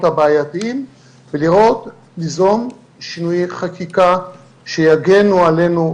הבעייתיים וליזום שינויי חקיקה שיגנו עלינו,